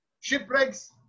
shipwrecks